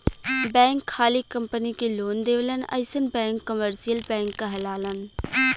bank खाली company के loan देवलन अइसन बैंक कमर्सियल बैंक कहलालन